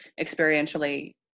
experientially